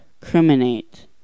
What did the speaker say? criminate